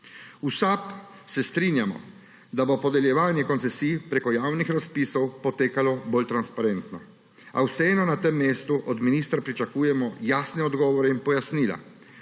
V SAB se strinjamo, da bo podeljevanje koncesij prek javnih razpisov potekalo bolj transparentno, a vseeno na tem mestu od ministra pričakujemo jasne odgovore in pojasnila.